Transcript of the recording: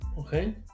Okay